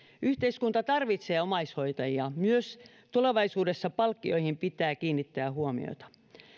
yhteiskunta tarvitsee omaishoitajia myös tulevaisuudessa palkkioihin pitää kiinnittää huomiota